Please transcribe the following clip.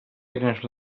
eines